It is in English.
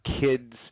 kids